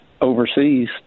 overseas